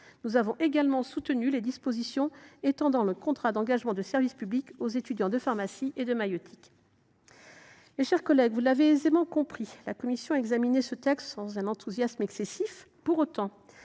Nous avons également soutenu les dispositions étendant le contrat d’engagement de service public aux étudiants en pharmacie et en maïeutique. Mes chers collègues, vous l’avez aisément compris : la commission a examiné ce texte sans enthousiasme excessif. Pour autant,